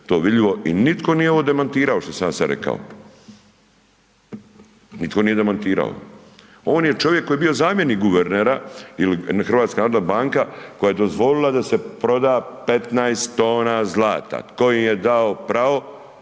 i nitko nije ovo demantirao ovo što sam ja sad rekao, nitko nije demantirao. On je čovjek koji je bio zamjenik guvernera ili HNB koja je dozvolila da se proda 15 tona zlata, tko im je dao pravo